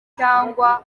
cyangwa